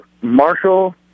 Marshall